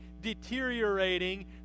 deteriorating